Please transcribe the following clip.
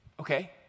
okay